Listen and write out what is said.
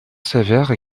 sévère